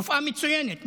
רופאה מצוינת,